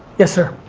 yes, sir.